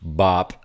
bop